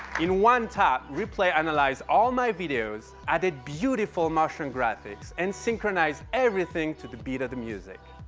in one tap, replay analyzed all my videos added beautiful motion graphics and synchronized everything to the beat of the music.